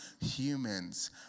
humans